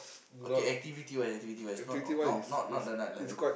okay activity wise activity wise not not not the night life